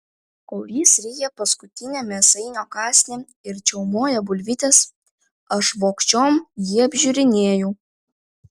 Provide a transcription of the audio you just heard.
kol jis ryja paskutinį mėsainio kąsnį ir čiaumoja bulvytes aš vogčiom jį apžiūrinėju